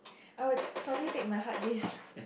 I will probably take my hard disk